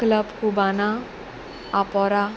club खुबाना आपोरा